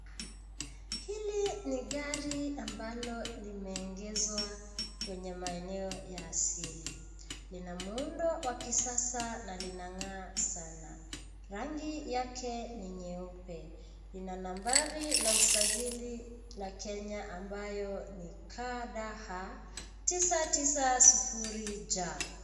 Hili ni gari ambalo limeegeshwa kwenye maeneo ya asili, lina muundo wa kisasa na linang'aa sana. Rangi yake ni nyeupe, ina nambari la usajili la kenya ambayo ni KDH 990J.